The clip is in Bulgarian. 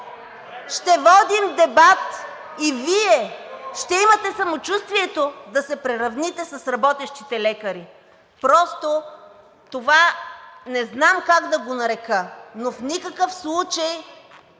ще водим дебат и Вие ще имате самочувствието да се приравните с работещите лекари. Това не знам как да го нарека, но в никакъв случай,